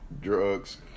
drugs